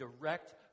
direct